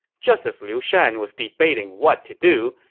just as liu shan was debating what to do,